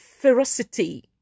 ferocity